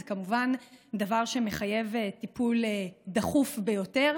זה כמובן דבר שמחייב טיפול דחוף ביותר.